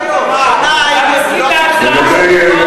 למה לא עשיתם את זה עד היום?